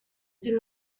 did